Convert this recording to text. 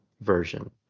version